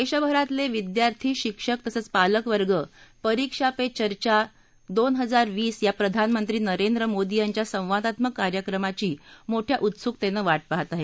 देशभरातले विद्यार्थी शिक्षक तसंच पालक वर्ग परीक्षा पे चर्चा दो हजार बीस या प्रधानमंत्री नरेंद्र मोदी यांच्या संवादात्मक कार्यक्रमाची मोठ्या उत्सुकतेनं वा पाहत आहेत